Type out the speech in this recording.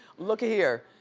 look-a-here.